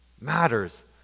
matters